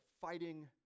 Fighting